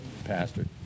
pastor